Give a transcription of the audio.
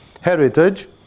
heritage